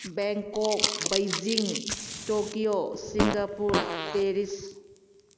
Bangkok Beijing Tokyo Singapore Paris